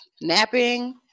napping